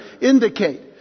indicate